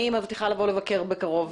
אני מבטיחה לבוא לבקר בקרוב.